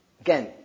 Again